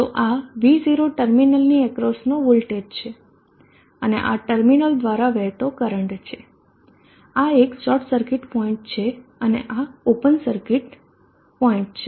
તો આ V 0 ટર્મિનલની અક્રોસનો વોલ્ટેજ છે અને આ ટર્મિનલ દ્વારા વહેતો કરંટ છે આ એક શોર્ટ સર્કિટ પોઇન્ટ છે અને આ ઓપન સર્કિટ પોઇન્ટ છે